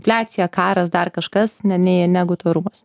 infliacija karas dar kažkas ne nei negu tvarumas